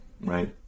right